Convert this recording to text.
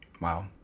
Wow